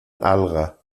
alga